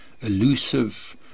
elusive